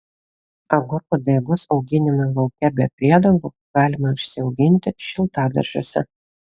agurkų daigus auginimui lauke be priedangų galima išsiauginti šiltadaržiuose